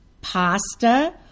pasta